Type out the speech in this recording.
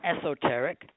esoteric